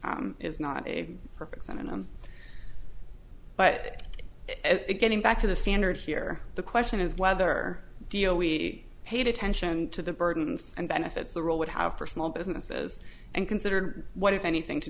is not a purpose and i'm but it getting back to the standard here the question is whether deal we paid attention to the burdens and benefits the role would have for small businesses and considered what if anything to